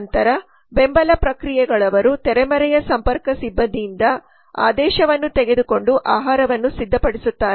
ನಂತರ ಬೆಂಬಲ ಪ್ರಕ್ರಿಯೆಗಳವರು ತೆರೆಮರೆಯ ಸಂಪರ್ಕ ಸಿಬ್ಬಂದಿಯಿಂದ ಆದೇಶವನ್ನು ತೆಗೆದುಕೊಂಡು ಆಹಾರವನ್ನು ಸಿದ್ಧಪಡಿಸುತ್ತಾರೆ